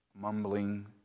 Mumbling